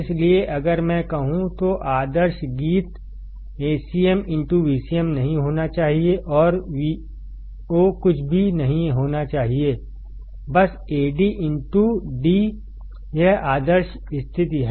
इसलिए अगर मैं कहूं तो आदर्शगीत Acm Vcmनहीं होना चाहिए और Voकुछ भी नहीं होना चाहिए बस Addयह आदर्श स्थिति है